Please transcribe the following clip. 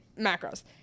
macros